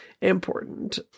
important